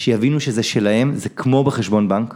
שיבינו שזה שלהם, זה כמו בחשבון בנק.